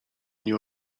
nie